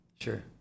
Sure